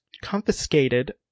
confiscated